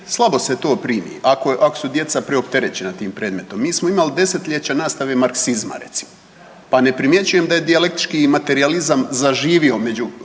slabo se to primi ako su djeca preopterećena tim predmetom. Mi smo imali desetljeća nastave marksizma recimo, pa ne primjećujem da je dijalektički materijalizam zaživio među